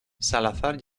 salazar